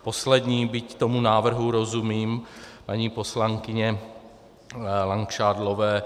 Poslední, byť tomu návrhu rozumím, paní poslankyně Langšádlové.